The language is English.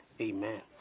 Amen